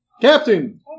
Captain